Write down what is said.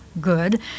good